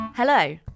Hello